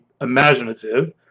imaginative